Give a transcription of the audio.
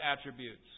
attributes